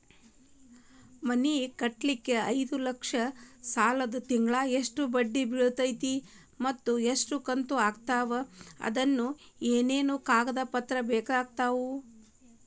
ಮನಿ ಕಟ್ಟಲಿಕ್ಕೆ ಐದ ಲಕ್ಷ ಸಾಲಕ್ಕ ತಿಂಗಳಾ ಎಷ್ಟ ಬಡ್ಡಿ ಬಿಳ್ತೈತಿ ಮತ್ತ ಎಷ್ಟ ಕಂತು ಆಗ್ತಾವ್ ಅದಕ ಏನೇನು ಕಾಗದ ಪತ್ರ ಬೇಕಾಗ್ತವು?